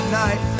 night